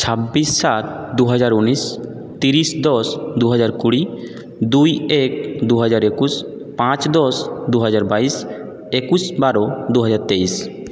ছাব্বিশ সাত দুহাজার উনিশ তিরিশ দশ দুহাজার কুড়ি দুই এক দুহাজার একুশ পাঁচ দশ দুহাজার বাইশ একুশ বারো দুহাজার তেইশ